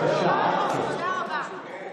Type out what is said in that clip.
בבקשה, את כן.